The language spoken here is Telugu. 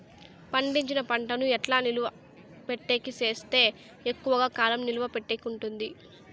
పండించిన పంట ను ఎట్లా నిలువ పెట్టేకి సేస్తే ఎక్కువగా కాలం నిలువ పెట్టేకి ఉంటుంది?